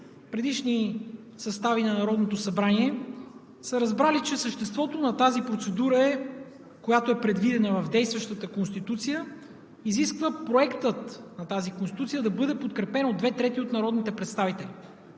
предишни състави на Народното събрание – са разбрали, че съществото на тази процедура, която е предвидена в действащата Конституция, изисква проектът на тази Конституция да бъде подкрепен от две трети от народните представители.